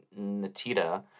Natita